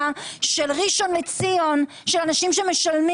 של ראשון לציון של אנשים שמשלמים.